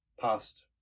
past